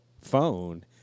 phone